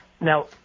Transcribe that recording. now